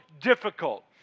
difficult